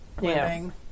living